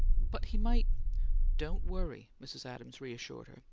but he might don't worry, mrs. adams reassured her.